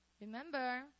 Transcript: Remember